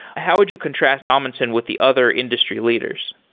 how would you contrast amundsen with the other industry leaders?